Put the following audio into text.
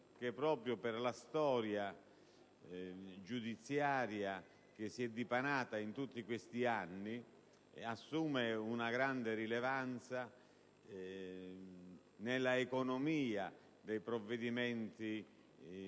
che, proprio per la storia giudiziaria che si è dipanata in tutti questi anni, assume una grande rilevanza nell'economia dei provvedimenti